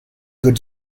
good